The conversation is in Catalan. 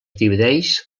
divideix